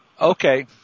Okay